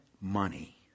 money